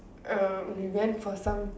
uh we went for some